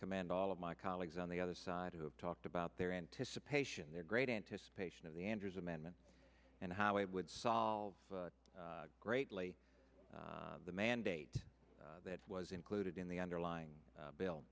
commend all of my colleagues on the other side who talked about their anticipation their great anticipation of the andrews amendment and how it would solve greatly the mandate that was included in the underlying bill